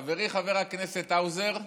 חברי חבר הכנסת האוזר,